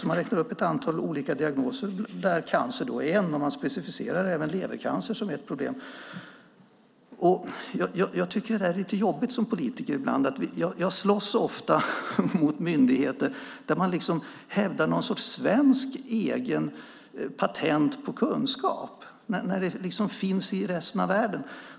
Man räknar upp ett antal olika diagnoser där cancer är en, och man specificerar även levercancer som ett problem. Jag tycker att det är lite jobbigt som politiker ibland. Jag slåss ofta mot myndigheter där man hävdar någon sorts svensk egen patent på kunskap när det finns i resten av världen.